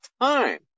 time